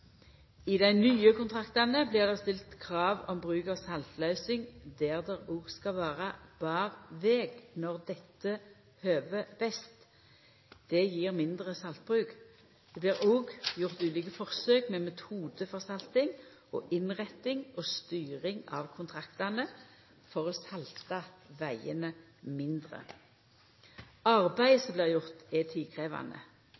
I dei nye kontraktane blir det stilt krav om bruk av saltløysing der det òg skal vera bar veg, når dette høver best. Det gjev mindre saltbruk. Det blir òg gjort ulike forsøk med metode for salting og innretting og styring av kontraktane, for å salta vegane mindre.